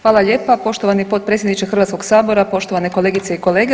Hvala lijepa poštovani potpredsjedniče Hrvatskog sabora, poštovane kolegice i kolege.